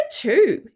two